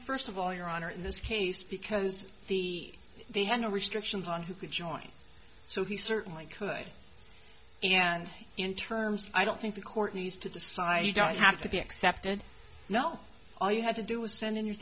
first of all your honor in this case because he they had no restrictions on who could join so he certainly could and in terms i don't think the court needs to decide you don't have to be accepted now all you had to do was send in you